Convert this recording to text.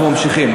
אנחנו ממשיכים.